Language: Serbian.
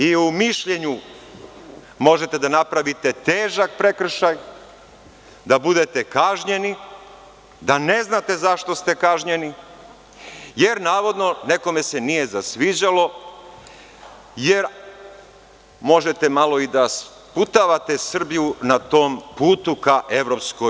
I u mišljenju možete da napravite težak prekršaj, da bude kažnjeni, da ne znate zašto ste kažnjeni jer, navodno, nekome se nije zasviđalo jer možete malo i da sputavate Srbiju na tom putu ka EU.